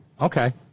Okay